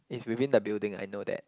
it's within the building I know that